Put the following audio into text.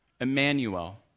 Emmanuel